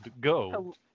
go